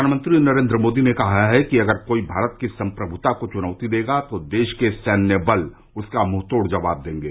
प्रधानमंत्री नरेन्द्र मोदी ने कहा है कि अगर कोई भारत की संप्रभुता को चुनौती देगा तो देश के सैन्य बल उसका मुंहतोड़ जवाब देंगे